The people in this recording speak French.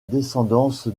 descendance